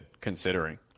considering